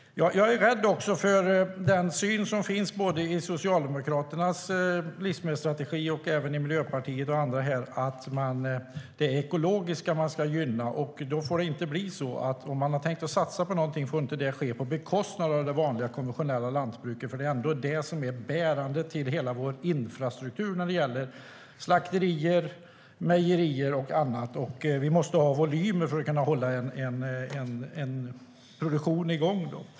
Jag är rädd för den syn som finns i både Socialdemokraternas och Miljöpartiets livsmedelsstrategi: att det är det ekologiska som ska gynnas. Men en satsning på det får inte ske på bekostnad av det konventionella lantbruket, för det är bärande för hela vår infrastruktur vad gäller slakterier, mejerier och annat. Vi måste ha volymer för att kunna hålla en produktion igång.